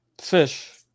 Fish